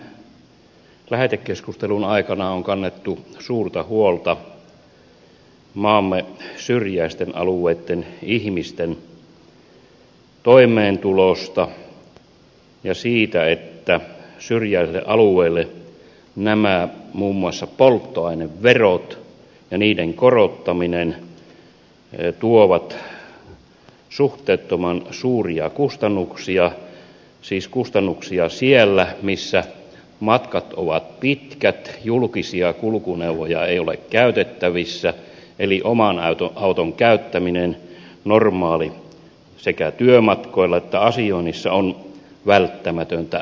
täällä tämän lähetekeskustelun aikana on kannettu suurta huolta maamme syrjäisten alueitten ihmisten toimeentulosta ja siitä että syrjäisille alueille muun muassa polttoaineverot ja niiden korottaminen tuovat suhteettoman suuria kustannuksia siis kustannuksia sinne missä matkat ovat pitkät julkisia kulkuneuvoja ei ole käytettävissä eli oman auton käyttäminen normaali sekä työmatkoilla että asioinnissa on välttämätöntä ja pakollista